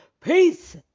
Peace